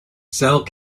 cell